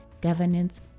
governance